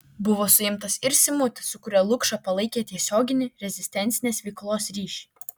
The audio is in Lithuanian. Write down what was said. buvo suimtas ir simutis su kuriuo lukša palaikė tiesioginį rezistencinės veiklos ryšį